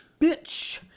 Bitch